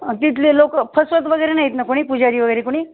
तिथले लोकं फसवत वगैरे नाहीत ना कोणी प पुजारी वगैरे कोणी